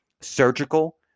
surgical